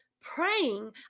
praying